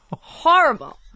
Horrible